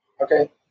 Okay